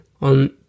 on